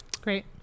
Great